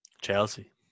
Chelsea